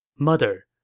mother,